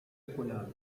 گلم